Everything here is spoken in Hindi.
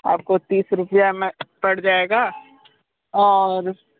आपको तीस रुपया में पड़ जाएगा और